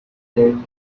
then